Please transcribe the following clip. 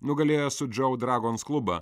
nugalėjo sudžou dragons klubą